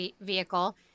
vehicle